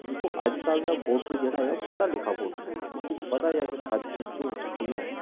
दिक्खो अजकल दा वोटर जेह्ड़ा ऐ ओह् पढ़ा लिखा वोटर ऐ उसी पता ऐ कि सच्च झूठ केह् ऐ